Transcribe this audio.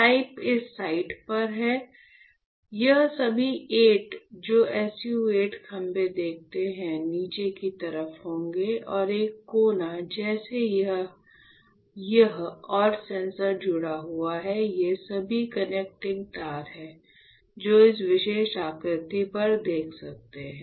tip इस site पर है यह सभी 8 जो SU 8 खंभे देखते हैं नीचे की तरफ होंगे और एक कोन जैसा यह और सेंसर जुड़ा हुआ है ये सभी कनेक्टिंग तार हैं जो इस विशेष आकृति पर देख सकते हैं